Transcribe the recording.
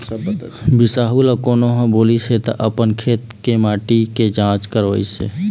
बिसाहू ल कोनो ह बोलिस हे त अपन खेत के माटी के जाँच करवइस हे